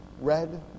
red